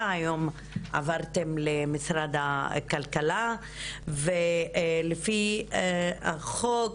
והיום עברתם למשרד הכלכלה ועל פי החוק,